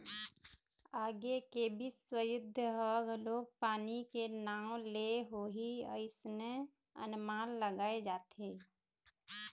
आगे के बिस्व युद्ध ह घलोक पानी के नांव ले होही अइसने अनमान लगाय जाथे